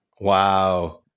Wow